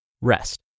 rest